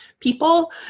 people